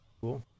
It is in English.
cool